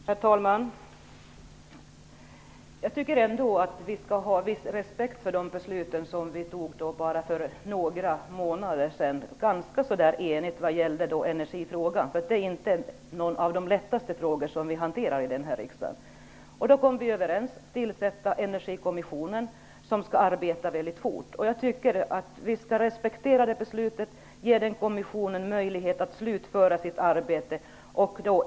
Herr talman! Jag tycker att vi skall ha respekt för det beslut som vi nästan enigt fattade för några månader sedan i energifrågan. Det är inte någon av de lättaste frågorna som vi hanterar i den här riksdagen. Då kom vi överens om att tillsätta en energikommission som skall arbeta mycket fort. Jag tycker att vi skall respektera det beslutet och ge den kommissionen möjlighet att slutföra sitt arbete.